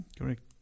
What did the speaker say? Correct